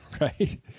right